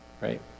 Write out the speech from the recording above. Right